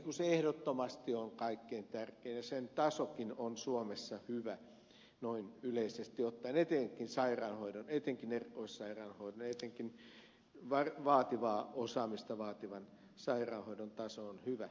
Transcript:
se ehdottomasti on kaikkein tärkein ja sen tasokin on suomessa hyvä noin yleisesti ottaen etenkin sairaanhoidon etenkin erikoissairaanhoidon ja etenkin vaativaa osaamista vaativan sairaanhoidon taso on hyvä